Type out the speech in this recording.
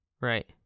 Right